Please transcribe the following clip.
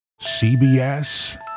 CBS